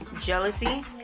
Jealousy